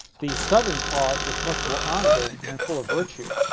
the southern cause was much more honorable and full of virtue.